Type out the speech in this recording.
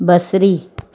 बसरी